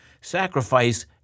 Sacrifice